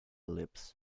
lips